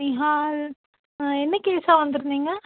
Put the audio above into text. விஹால் என்னைக்கு சார் வந்து இருந்திங்க